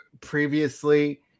previously